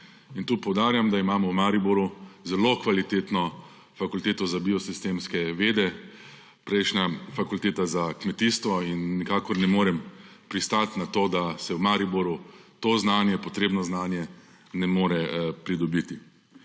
Tu poudarjam, da imamo v Mariboru zelo kvalitetno Fakulteto za biosistemske vede, prejšnja Fakulteta za kmetijstvo in nikakor ne morem pristati na to, da se v Mariboru to znanje, potrebno znanje, ne more pridobiti.